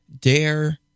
Dare